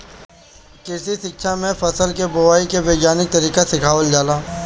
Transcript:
कृषि शिक्षा में फसल के बोआई के वैज्ञानिक तरीका सिखावल जाला